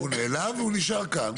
הוא נעלב ונשאר כאן.